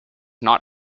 not